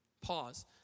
Pause